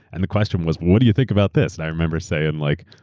and the question was, what do you think about this? i remember saying like,